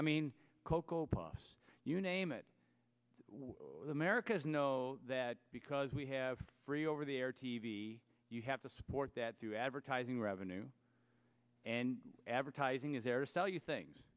i mean cocoa puffs you name it americans know that because we have free over the air t v you have to support that through advertising revenue and advertising is there to sell you things